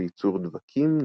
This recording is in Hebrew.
לייצור דבקים,